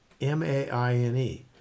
M-A-I-N-E